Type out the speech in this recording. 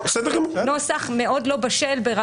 נוסח מאוד לא בשל.